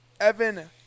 Evan